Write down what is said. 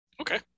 Okay